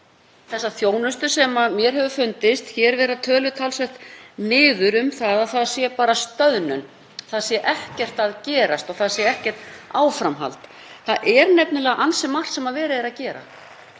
þá þjónustu sem mér hefur fundist vera töluð talsvert niður, að það sé bara stöðnun, það sé ekkert að gerast og það sé ekkert áframhald. Það er nefnilega ansi margt sem verið er að gera